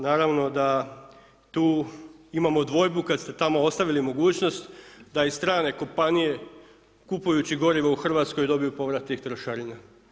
Naravno da tu imamo dvojbu kad ste tamo ostavili mogućnost da i strane kompanije kupujući gorivo u Hrvatskoj dobiju povrat tih trošarina.